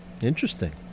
Interesting